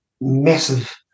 massive